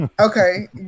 okay